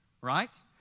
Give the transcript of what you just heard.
right